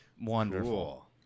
Wonderful